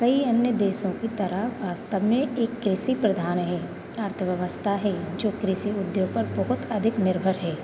कई अन्य देशों की तरह वास्तव में एक कृषि प्रधान है अर्थव्यवस्ता है जो कृषि उद्योग पर बहुत अधिक निर्भर है